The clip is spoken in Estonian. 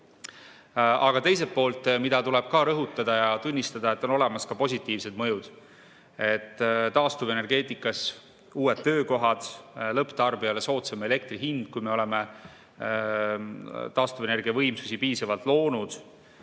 Aga teiselt poolt, mida tuleb ka rõhutada ja tunnistada, on olemas ka positiivsed mõjud: taastuvenergeetikas uued töökohad, lõpptarbijale soodsam elektri hind, kui me oleme taastuvenergiavõimsusi piisavalt loonud